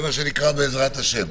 זה מה שנקרא בעזרת השם.